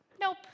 Nope